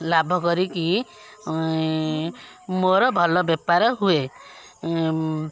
ଲାଭ କରିକି ମୋର ଭଲ ବେପାର ହୁଏ